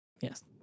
yes